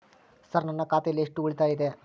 Sir ನನ್ನ ಖಾತೆಯಲ್ಲಿ ಎಷ್ಟು ಉಳಿತಾಯ ಇದೆ?